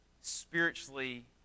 spiritually